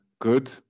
good